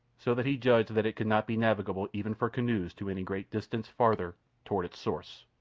so that he judged that it could not be navigable even for canoes to any great distance farther toward its source.